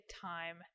time